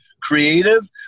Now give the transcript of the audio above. creative